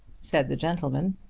said the gentleman.